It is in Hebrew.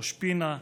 ראש פינה,